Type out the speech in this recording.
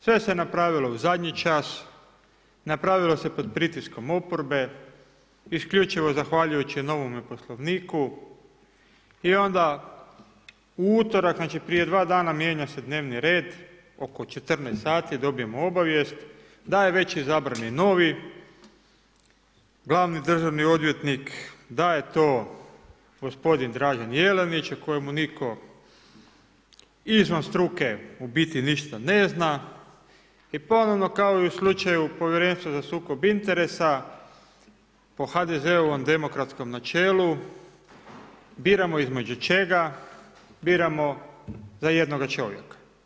Sve se napravilo u zadnji čas, napravilo se pod pritiskom oporbe, isključivo zahvaljujući novome Poslovniku i onda u utorak, znači prije dva dana mijenja se dnevni red, oko 14 sati dobijemo obavijest da je već izabrani novi glavni državni odvjetnik, da je to gospodin Dražen Jelinić o kojemu nitko izvan struke u biti ništa ne zna i ponovno kao i u slučaju Povjerenstva za sukob interesa, po HDZ-ovom demokratskom načelu, biramo između čega, biramo za jednoga čovjeka.